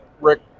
Rick